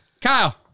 Kyle